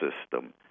system